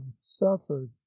suffered